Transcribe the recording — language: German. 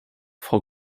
frau